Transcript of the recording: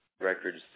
records